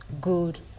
good